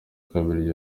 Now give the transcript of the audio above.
kabiri